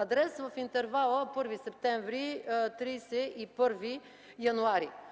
интерес в интервала 1 септември – 31 януари.